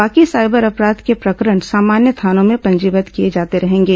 बाकी साइबर अपराध के प्रकरण सामान्य थानों में पंजीबद्द किए जाते रहेंगे